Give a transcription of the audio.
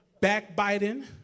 backbiting